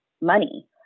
money